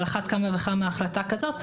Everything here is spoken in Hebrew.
אבל על אחת כמה וכמה החלטה כזאת,